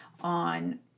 on